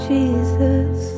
Jesus